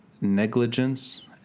negligence